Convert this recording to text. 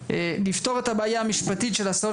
לפתור את הבעיה המשפטית של ההסעות